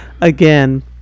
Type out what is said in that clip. again